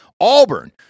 Auburn